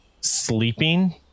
sleeping